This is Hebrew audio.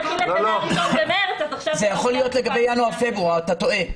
אתה טועה.